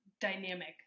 dynamic